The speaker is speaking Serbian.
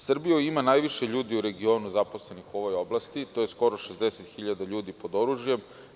Srbija ima najviše ljudi u regionu zaposlenih u ovoj oblasti, to je skoro 60.000 ljudi pod oružjem.